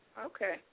okay